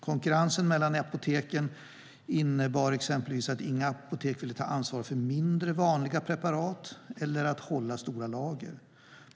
Konkurrensen mellan apoteken innebar exempelvis att inget apotek ville ta ansvar för mindre vanliga preparat eller hålla större lager.